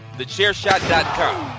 TheChairShot.com